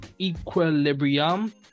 equilibrium